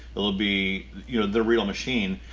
it'll be, you know, the real machine.